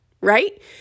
right